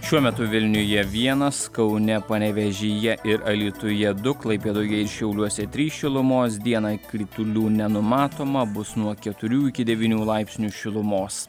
šiuo metu vilniuje vienas kaune panevėžyje ir alytuje du klaipėdoje šiauliuose trys šilumos dieną kritulių nenumatoma bus nuo keturių iki devynių laipsnių šilumos